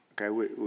okay